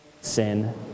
sin